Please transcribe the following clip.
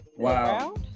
Wow